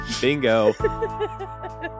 Bingo